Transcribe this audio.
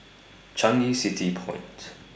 Changi City Point